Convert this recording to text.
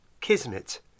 kismet